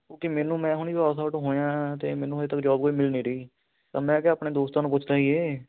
okay ਮੈਨੂੰ ਮੈਂ ਹੁਣੀ ਪਾਸ ਆਊਟ ਹੋਇਆ ਹਾਂ ਅਤੇ ਮੈਨੂੰ ਹਜੇ ਤੱਕ ਜੋਬ ਕੋਈ ਮਿਲ ਨਹੀਂ ਰਹੀ ਤਾਂ ਮੈਂ ਕਿਹਾ ਆਪਣੇ ਦੋਸਤਾਂ ਨੂੰ ਪੁੱਛ ਲਈਏ